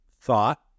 thought